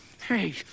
Hey